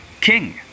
king